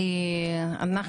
ארז.